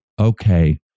okay